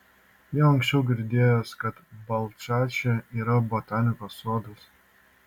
jau anksčiau girdėjęs kad balchaše yra botanikos sodas